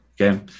okay